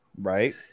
Right